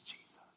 Jesus